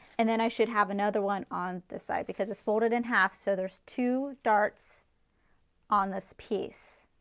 and then i should have another one on this side. because it's folded in half, so there're two darts on this piece.